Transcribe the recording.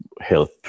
help